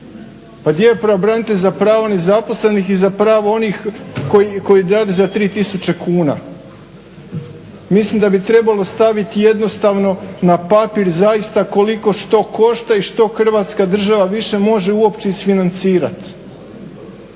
Pa gdje je pravobranitelj za prava nezaposlenih i za prava onih koji rade za 3 tisuće kuna? Mislim da bi trebalo staviti jednostavno na papir zaista koliko što košta i što Hrvatska država više može uopće isfinancirati.